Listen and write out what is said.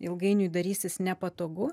ilgainiui darysis nepatogu